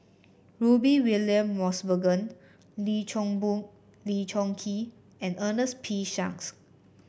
Rudy William Mosbergen Lee Choon Lee Choon Kee and Ernest P Shanks